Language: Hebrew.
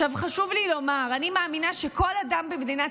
חשוב לי לומר שאני מאמינה שכל אדם במדינת